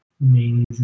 Amazing